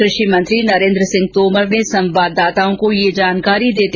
कृषि मंत्री नरेन्द्र सिंह तोमर ने संवाददाताओं को यह जानकारी दी